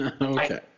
Okay